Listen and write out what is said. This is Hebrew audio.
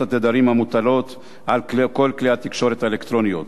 התדרים המוטלות על כל כלי התקשורת האלקטרונית.